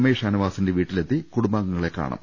I ഷാനവാസിന്റെ വീട്ടിലെത്തി കുടുംബാംഗങ്ങളെ കാണും